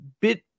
bit